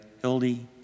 Hildy